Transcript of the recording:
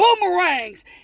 boomerangs